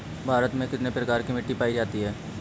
भारत में कितने प्रकार की मिट्टी पाई जाती है?